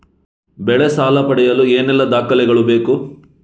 ಬೆಳೆ ಸಾಲ ಪಡೆಯಲು ಏನೆಲ್ಲಾ ದಾಖಲೆಗಳು ಬೇಕು?